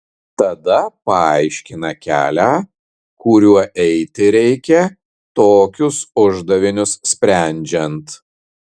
tada paaiškina kelią kuriuo eiti reikia tokius uždavinius sprendžiant